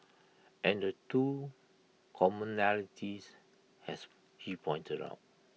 and the two commonalities as he pointed out